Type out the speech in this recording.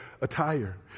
attire